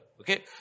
Okay